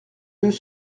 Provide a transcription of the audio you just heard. deux